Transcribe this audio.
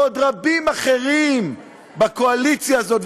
ועוד רבים אחרים בקואליציה הזאת.